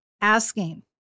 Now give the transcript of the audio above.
Asking